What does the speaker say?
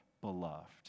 beloved